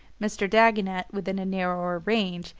mr. dagonet, within a narrower range,